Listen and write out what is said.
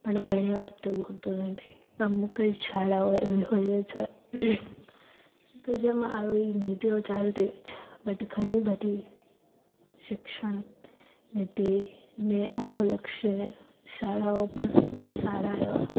પણ ઘણીવાર તેવું હોતું નથી અમુક શાળાઓ એવી હોય છે કે જેમાં આવી નીતિઓ ચાલતી હોય છે બટ ઘણી બધી શિક્ષણ નીતિને અનુલક્ષીને શાળાઓ પણ સારા એવા